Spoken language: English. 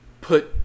put